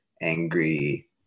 angry